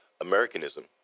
Americanism